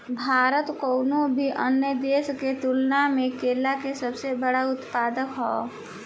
भारत कउनों भी अन्य देश के तुलना में केला के सबसे बड़ उत्पादक ह